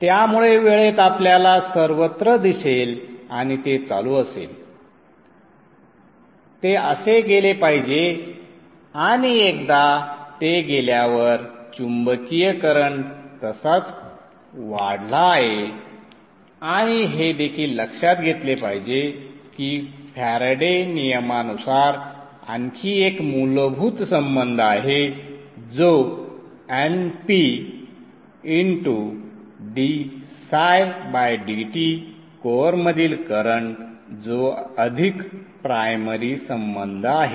त्यामुळे वेळेत आपल्याला सर्वत्र दिसेल आणि ते चालू असेल ते असे गेले पाहिजे आणि एकदा ते गेल्यावर चुंबकीय करंट तसाच वाढला आहे आणि हे देखील लक्षात घेतले पाहिजे की फॅरेडे नियमानुसार आणखी एक मूलभूत संबंध आहे जो Np ddt कोअरमधील करंट जो अधिक प्रायमरी संबंध आहे